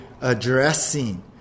addressing